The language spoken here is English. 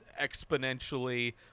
exponentially